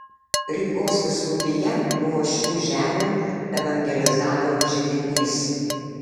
rygos vyskupija buvo šių žemių evangelizavimo židinys